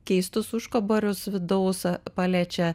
keistus užkaborius vidaus a paliečia